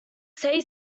say